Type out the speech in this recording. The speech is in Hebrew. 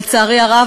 לצערי הרב,